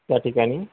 त्या ठिकाणी